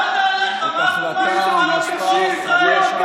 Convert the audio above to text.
מה התרומה שלך לביטחון ישראל?